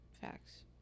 Facts